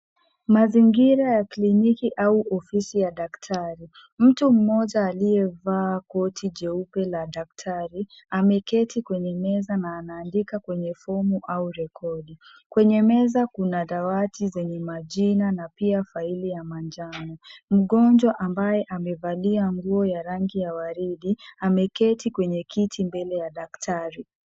Mazingira ya kliniki au ofisi ya daktari, mtu mmoja aliyevaa koti jeupe la daktari ameketi kwenye meza na anaandika kwenye fomu au rekodi. Kwenye meza kuna dawati zenye majina na pia faili ya manjano. Mgonjwa ambaye amevalia nguo ya rangi ya waridi ameketi kwenye kiti mbele ya daktari.